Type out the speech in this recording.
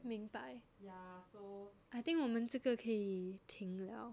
明白 ya so I think 我们这个听了